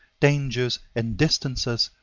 dangers and distances,